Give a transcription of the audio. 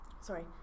Sorry